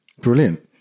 brilliant